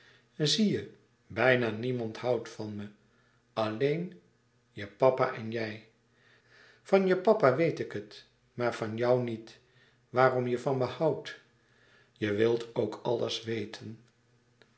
zie je bijna niemand houdt van me alleen je papa en jij van je papa weet ik het maar van jou niet waarom je van me houdt louis couperus extaze een boek van geluk je wilt ook alles weten